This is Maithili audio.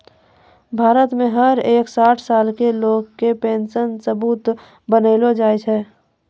भारत मे हर एक साठ साल के लोग के पेन्शन सबूत बनैलो जाय छै